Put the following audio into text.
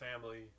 family